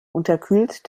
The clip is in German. unterkühlt